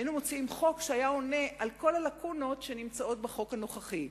היינו מוציאים חוק שהיה עונה על כל הלקונות שיש בחוק הנוכחי.